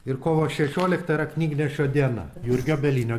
ir kovo šešioliktą yra knygnešio diena jurgio bielinio